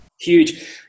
huge